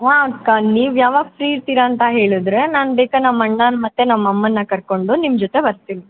ಹಾಂ ಅಕ್ಕ ನೀವು ಯಾವಾಗ ಫ್ರೀ ಇರ್ತೀರ ಅಂತ ಹೇಳಿದ್ರೆ ನಾನು ಬೇಕಾ ನಮ್ಮ ಅಣ್ಣನ್ನ ಮತ್ತು ನಮ್ಮ ಅಮ್ಮನನ್ನ ಕರ್ಕೊಂಡು ನಿಮ್ಮ ಜೊತೆ ಬರ್ತೀನಿ